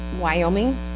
Wyoming